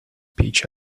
peach